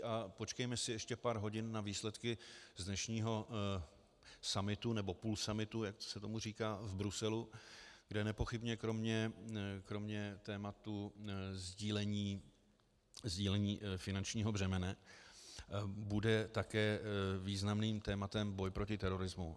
A počkejme si ještě pár hodin na výsledky z dnešního summitu, nebo půlsummitu, jak se tomu říká v Bruselu, kde nepochybně kromě tématu sdílení finančního břemene bude také významným tématem boj proti terorismu.